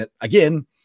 again